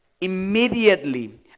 immediately